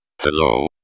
Hello